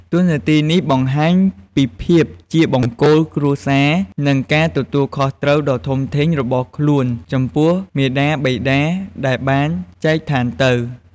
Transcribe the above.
តួនាទីនេះបង្ហាញពីភាពជាបង្គោលគ្រួសារ និងការទទួលខុសត្រូវដ៏ធំធេងរបស់ខ្លួនចំពោះមាតាបិតាដែលបានចែកឋានទៅ។